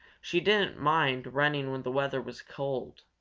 she didn't mind running when the weather was cold,